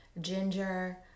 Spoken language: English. ginger